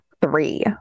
three